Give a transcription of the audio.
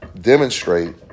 demonstrate